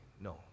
No